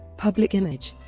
public image